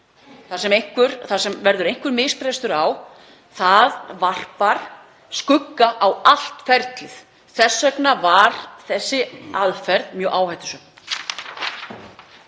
þar sem einhver misbrestur verður, það varpar skugga á allt ferlið. Þess vegna var þessi aðferð mjög áhættusöm.